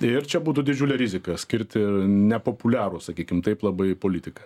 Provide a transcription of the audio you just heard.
ir čia būtų didžiulė rizika skirti nepopuliarų sakykim taip labai politiką